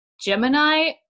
Gemini